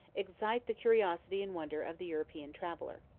excite the curiosity and wonder of the european traveller.